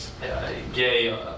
gay